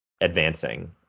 advancing